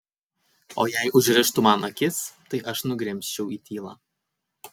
o jei užrištų man akis tai aš nugrimzčiau į tylą